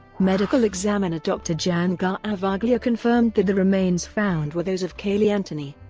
medical examiner dr. jan garavaglia confirmed that the remains found were those of caylee anthony.